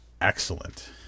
excellent